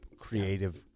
creative